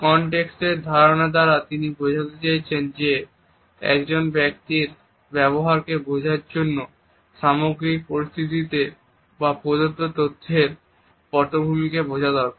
context এর ধারণা দ্বারা তিনি বোঝাতে চেয়েছেন যে একজন ব্যক্তির ব্যবহারকে বোঝার জন্য সামগ্রিক পরিস্থিতিকে বা প্রদত্ত তথ্যের পটভূমিকে বোঝা দরকার